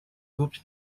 groups